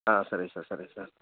ஆ சரிங்க சார் சரிங்க சார்